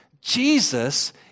Jesus